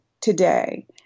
today